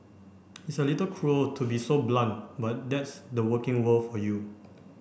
it's a little cruel to be so blunt but that's the working world for you